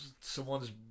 someone's